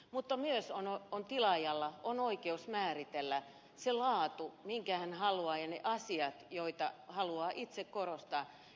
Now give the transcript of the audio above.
mutta myös tilaajalla on oikeus määritellä se laatu minkä hän haluaa ja ne asiat joita haluaa itse korostaa